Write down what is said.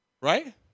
Right